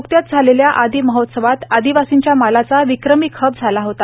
न्कत्याच झालेल्या आदी महोत्सवात आदिवार्सीच्या मालाचा विक्रमी खप झाला होता